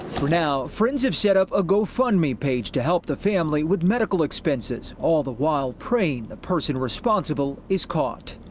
for now, friends have set up a gofundme page to help the family with medical expenses, all the while praying the person responsible is caught.